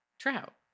Trout